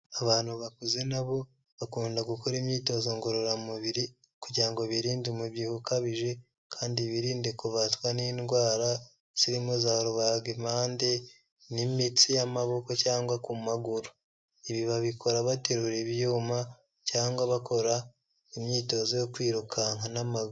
Abantu bakuze na bo bakunda gukora imyitozo ngororamubiri kugira ngo birinde umubyibuho ukabije, kandi birinde kubatwa n'indwara zirimo za rubagimpande n'imitsi y'amaboko cyangwa ku maguru. Ibi babikora baterura ibyuma cyangwa bakora imyitozo yo kwirukanka n'ama...